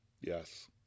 Yes